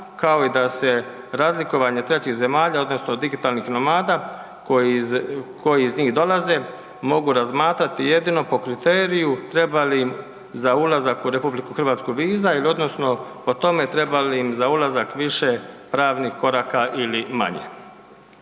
kao i da se razlikovanje trećih zemalja odnosno digitalnih nomada koji iz njih dolaze mogu razmatrati jedino po kriteriju treba li im za ulazak u RH viza ili odnosno po tome treba li im za ulazak više pravnih koraka ili manje.